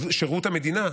שירות המדינה,